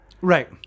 right